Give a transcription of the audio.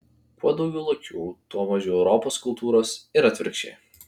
kuo daugiau lokių tuo mažiau europos kultūros ir atvirkščiai